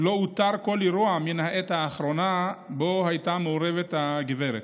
לא אותר כל אירוע מן העת האחרונה שבו הייתה מעורבת הגברת.